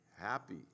Happy